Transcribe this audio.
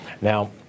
Now